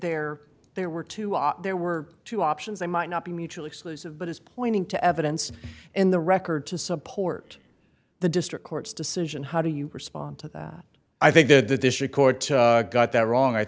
there there were two ah there were two options they might not be mutually exclusive but it's pointing to evidence in the record to support the district court's decision how do you respond to that i think that the district court got that